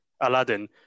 Aladdin